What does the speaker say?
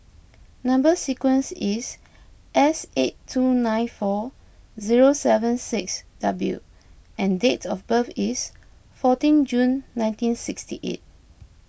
Number Sequence is S eight two nine four zero seven six W and date of birth is fourteen June nineteen sixty eight